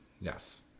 Yes